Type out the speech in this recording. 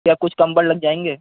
کیا کچھ کم بل لگ جائیں گے